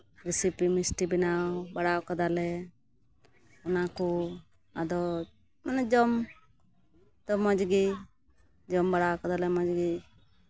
recipe ᱢᱤᱥᱴᱤ ᱵᱮᱱᱟᱣ ᱵᱟᱲᱟ ᱠᱟᱫᱟᱞᱮ ᱚᱱᱟᱠᱚ ᱟᱫᱚ ᱢᱟᱱᱮ ᱡᱚᱢ ᱛᱚ ᱢᱚᱡᱽ ᱜᱮ ᱡᱚᱢ ᱵᱟᱲᱟ ᱠᱟᱫᱟᱞᱮ ᱢᱚᱡᱽ ᱜᱮ